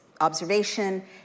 observation